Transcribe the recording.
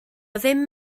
ddim